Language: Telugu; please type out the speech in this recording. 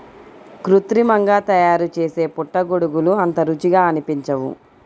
కృత్రిమంగా తయారుచేసే పుట్టగొడుగులు అంత రుచిగా అనిపించవు